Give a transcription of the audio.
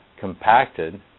compacted